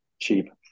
cheap